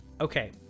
okay